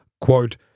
quote